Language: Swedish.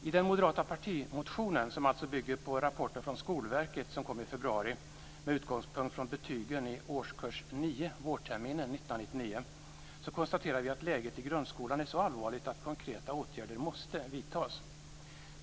I den moderata partimotionen, som alltså bygger på rapporten från Skolverket som kom i februari med utgångspunkt från betygen i årskurs 9 vårterminen 1999, konstaterar vi att läget i grundskolan är så allvarligt att konkreta åtgärder måste vidtas.